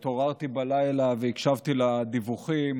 התעוררתי בלילה והקשבתי לדיווחים,